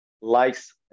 likes